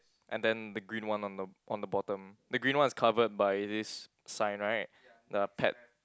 and then the green one on the on the bottom the green one is covered by this sign right the pet